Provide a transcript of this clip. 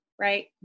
Right